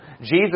Jesus